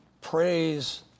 praise